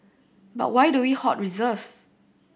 but why do we hoard reserves